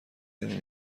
ترین